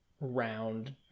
round